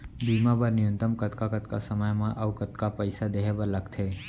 बीमा बर न्यूनतम कतका कतका समय मा अऊ कतका पइसा देहे बर लगथे